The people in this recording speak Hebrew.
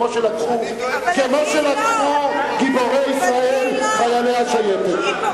כמו שלקחו גיבורי ישראל חיילי השייטת.